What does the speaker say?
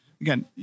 again